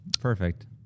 perfect